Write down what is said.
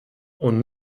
und